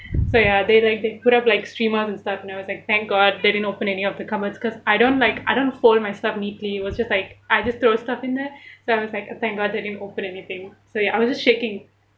so ya they like they put up like streamers and stuff and I was like thank god they didn't open any of the cupboards cause I don't like I don't hold my stuff neatly it was just like I just throw stuff in there so I was like uh thank god they didn't open anything so ya I was just shaking